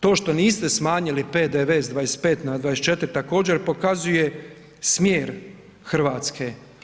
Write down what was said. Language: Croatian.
To što niste smanjili PDV sa 25 na 24, također pokazuje smjer Hrvatske.